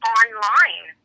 online